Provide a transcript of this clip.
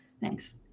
Thanks